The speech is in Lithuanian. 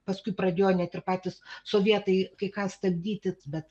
paskui pradėjo net ir patys sovietai kai ką stabdyti bet